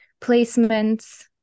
placements